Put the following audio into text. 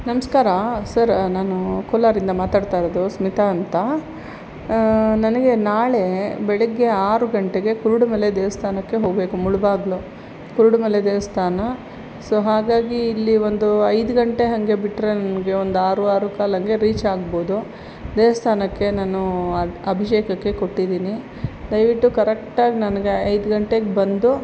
ನಮಸ್ಕಾರ ಸರ್ ನಾನು ಕೋಲಾರಿಂದ ಮಾತಾಡ್ತಾಯಿರೋದು ಸ್ಮಿತಾ ಅಂತ ನನಗೆ ನಾಳೆ ಬೆಳಗ್ಗೆ ಆರು ಗಂಟೆಗೆ ಕುರುಡುಮಲೆ ದೇವಸ್ಥಾನಕ್ಕೆ ಹೋಗಬೇಕು ಮುಳುಬಾಗಲು ಕುರುಡುಮಲೆ ದೇವಸ್ಥಾನ ಸೊ ಹಾಗಾಗಿ ಇಲ್ಲಿ ಒಂದು ಐದು ಗಂಟೆ ಹಂಗೆ ಬಿಟ್ಟರೆ ನಮಗೆ ಒಂದು ಆರು ಆರು ಕಾಲಂಗೆ ರೀಚಾಗ್ಬೋದು ದೇವಸ್ಥಾನಕ್ಕೆ ನಾನು ಅಬ್ ಅಭಿಷೇಕಕ್ಕೆ ಕೊಟ್ಟಿದೀನಿ ದಯವಿಟ್ಟು ಕರೆಕ್ಟಾಗಿ ನನಗೆ ಐದು ಗಂಟೆಗೆ ಬಂದು